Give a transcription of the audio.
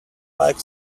like